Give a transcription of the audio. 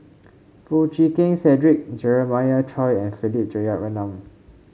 Foo Chee Keng Cedric Jeremiah Choy and Philip Jeyaretnam